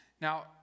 Now